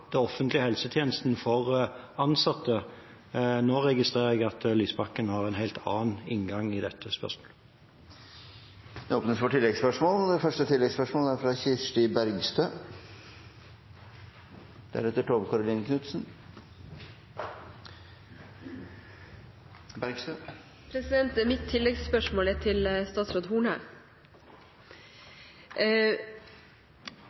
offentlige helsetjenesten for ansatte. Nå registrerer jeg at Lysbakken har en helt annen inngang i dette spørsmålet. Det åpnes for oppfølgingsspørsmål – først Kirsti Bergstø. Mitt tilleggsspørsmål er til statsråd Horne. Statsråden har sagt at hun er en hverdagsfeminist, og få ting er